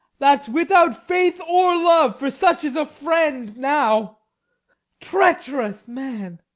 that's without faith or love for such is a friend now treacherous man,